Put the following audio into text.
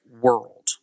world